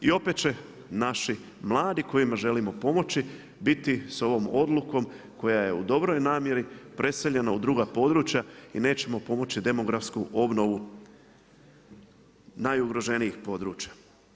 I opet će naši mladi kojima želimo pomoći biti sa ovom odlukom koja je u dobroj namjeri preseljena u druga područja i nećemo pomoći demografsku obnovu najugroženijih područja.